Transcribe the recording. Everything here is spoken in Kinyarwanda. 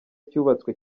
cyubatswe